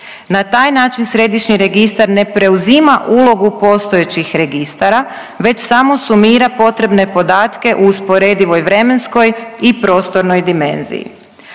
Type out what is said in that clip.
Na taj način središnji registar ne preuzima ulogu postojećih registara već samo sumira potrebne podatke u usporedivoj vremenskoj i prostornoj dimenziji.